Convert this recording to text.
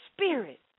spirit